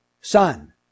son